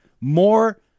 more